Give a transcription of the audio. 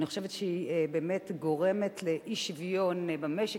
אני חושבת שהיא גורמת לאי-שוויון במשק,